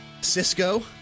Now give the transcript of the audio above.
Cisco